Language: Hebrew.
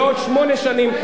ועוד שמונה שנים.